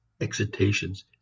excitations